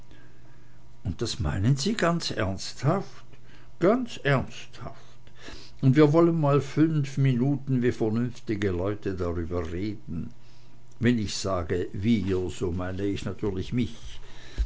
und das meinen sie ganz ernsthaft ganz ernsthaft und wir wollen mal fünf minuten wie vernünftige leute darüber reden wenn ich sage wir so meine ich natürlich mich